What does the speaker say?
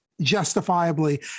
justifiably